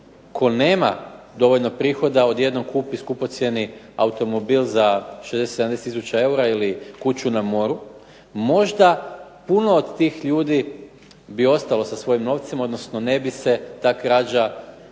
tko nema dovoljno prihoda odjednom kupi skupocjeni automobil za 60, 70 tisuća eura ili kuću na moru. Možda puno od tih ljudi bi ostalo sa svojim novcima, odnosno ne bi se ta krađa